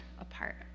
apart